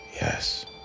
Yes